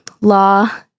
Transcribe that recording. law